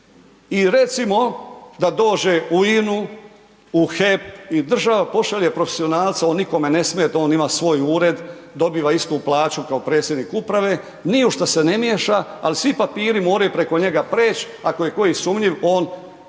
I recimo, da dođe u INA-u, u HEP i država pošalje profesionalca, on nikome ne smije da on ima svoj ured, dobiva istu plaće kao predsjednik uprave, ni u šta se ne miješa, ali svi papiri moraju preko njega preći, ako je koji sumnjiv, on